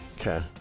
Okay